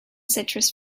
citrus